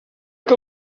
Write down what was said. que